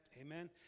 Amen